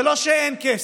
זה לא שאין כסף,